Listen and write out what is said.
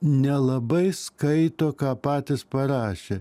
nelabai skaito ką patys parašė